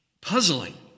puzzling